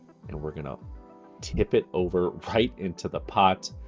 and we're gonna tip it over right into the pot.